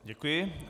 Děkuji.